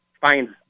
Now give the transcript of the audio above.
finds